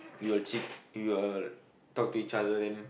we will ch~ we will talk to each other then